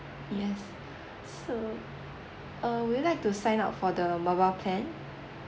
yes so err would you like to sign up for the mobile plan